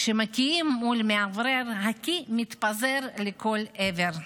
כשמקיאים מול מאוורר, הקיא מתפזר לכל עבר.